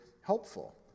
helpful